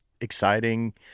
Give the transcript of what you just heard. exciting